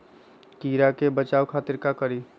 कीरा से बचाओ खातिर का करी?